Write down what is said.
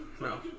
No